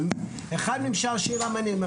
ואחד מהם שאל שאלה מעניינת,